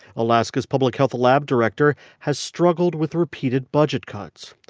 alaska's public health lab director has struggled with repeated budget cuts.